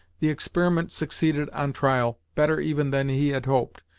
the experiment succeeded on trial, better even than he had hoped,